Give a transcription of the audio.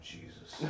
Jesus